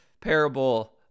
parable